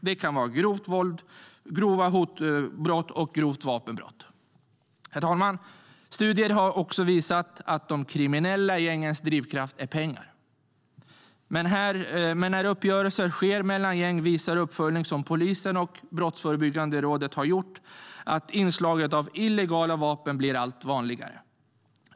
Det kan gälla grovt våld, grovt hot eller grovt vapenbrott. Herr talman! Studier visar att de kriminella gängens drivkraft är pengar. Men när uppgörelser sker mellan gängen visar uppföljningar som polisen och Brottsförebyggande rådet gjort att inslaget av illegala vapen blir allt vanligare.